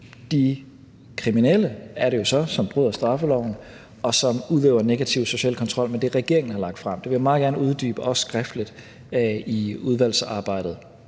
de kriminelle – er det jo så – som bryder straffeloven, og som udøver negativ social kontrol. Det vil jeg meget gerne uddybe, også skriftligt, i udvalgsarbejdet.